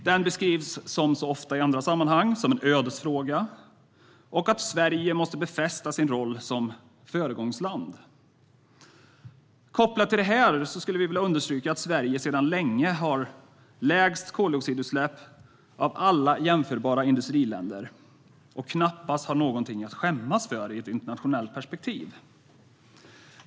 Den beskrivs som så ofta i andra sammanhang som en ödesfråga, och man skriver att Sverige måste befästa sin roll som föregångsland. Kopplat till detta vill vi understryka att Sverige sedan länge har lägst CO2-utsläpp av alla jämförbara industriländer och knappast har något att skämmas för i ett internationellt perspektiv.